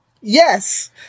Yes